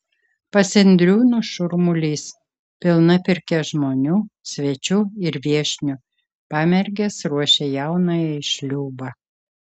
pas indriūnus šurmulys pilna pirkia žmonių svečių ir viešnių pamergės ruošia jaunąją į šliūbą